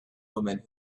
woman